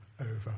over